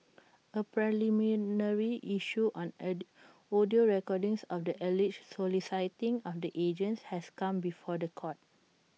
A preliminary issue on audio recordings of the alleged soliciting of the agents has come before The Court